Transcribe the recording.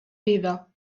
vida